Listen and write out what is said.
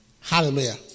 Hallelujah